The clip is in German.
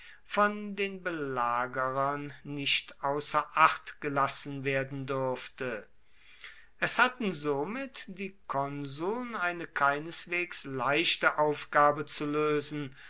von den belagerern nicht außer acht gelassen werden durfte es hatten somit die konsuln eine keineswegs leichte aufgabe zu lösen